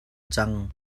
cang